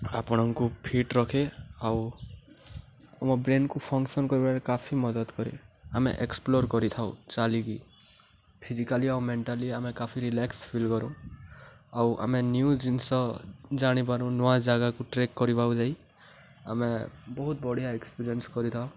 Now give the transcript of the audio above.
ଆପଣଙ୍କୁ ଫିଟ୍ ରଖେ ଆଉ ଆମ ବ୍ରେନ୍କୁ ଫଙ୍କସନ୍ କରିବାରେ କାଫି ମଦତ କରେ ଆମେ ଏକ୍ସପ୍ଲୋର୍ କରିଥାଉ ଚାଲିକି ଫିଜିକାଲି ଆଉ ମେଣ୍ଟାଲି ଆମେ କାଫି ରିଲାକ୍ସ ଫିଲ୍ କରୁ ଆଉ ଆମେ ନ୍ୟୁ ଜିନିଷ ଜାଣିପାରୁ ନୂଆ ଜାଗାକୁ ଟ୍ରେକ୍ କରିବାକୁ ଯାଇ ଆମେ ବହୁତ ବଢ଼ିଆ ଏକ୍ସପିରିଏନ୍ସ କରିଥାଉ